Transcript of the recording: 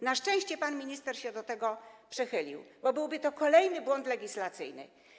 Na szczęście pan minister się do tego przychylił, bo byłby to kolejny błąd legislacyjny.